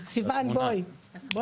שרן, את רוצה